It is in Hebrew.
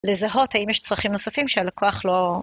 לזהות האם יש צרכים נוספים שהלקוח לא...